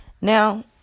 Now